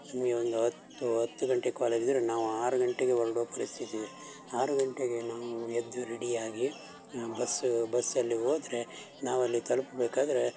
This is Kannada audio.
ನಮಗೆ ಒಂದು ಹತ್ತು ಹತ್ತು ಗಂಟೆಗೆ ಕಾಲೇಜ್ ಇದ್ದರೆ ನಾವು ಆರು ಗಂಟೆಗೇ ಹೊರ್ಡುವ ಪರಿಸ್ಥಿತಿ ಇದೆ ಆರು ಗಂಟೆಗೆ ನಾವು ಎದ್ದು ರೆಡಿಯಾಗಿ ಬಸ್ಸು ಬಸ್ಸಲ್ಲಿ ಹೋದ್ರೆ ನಾವು ಅಲ್ಲಿ ತಲುಪಬೇಕಾದ್ರೆ